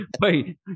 wait